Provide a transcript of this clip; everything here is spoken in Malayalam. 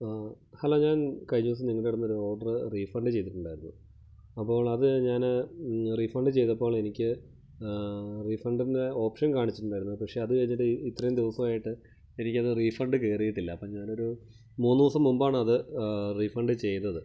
ഹലോ ഞാൻ കഴിഞ്ഞ ദിവസം നിങ്ങളുടെ അവിടെ നിന്നൊരു ഓർഡറ് റീഫണ്ട് ചെയ്തിട്ടുണ്ടായിരുന്നു അപ്പോളത് ഞാന് റീഫണ്ട് ചെയ്തപ്പോളെനിക്ക് റീഫണ്ടിൻ്റെ ഓപ്ഷൻ കാണിച്ചിട്ടുണ്ടായിരുന്നു പക്ഷേ അത് കഴിഞ്ഞിട്ട് ഇത്രയും ദിവസമായിട്ട് എനിക്കത് റീഫണ്ട് കയറിയിട്ടില്ല അപ്പം ഞാനൊരു മൂന്ന് ദിവസം മുൻപാണത് റീഫണ്ട് ചെയ്തത്